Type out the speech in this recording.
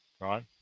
Right